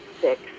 six